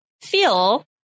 feel